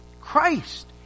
Christ